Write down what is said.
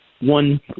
one